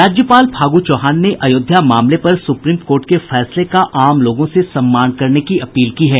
राज्यपाल फागू चौहान ने अयोध्या मामले पर सुप्रीम कोर्ट के फैसले का आम लोगों से सम्मान करने की अपील की है